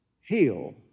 heal